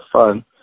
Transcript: fun